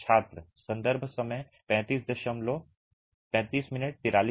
छात्र संदर्भ समय 3543 पानी